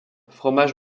fromage